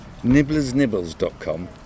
nibblersnibbles.com